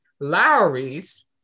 Lowry's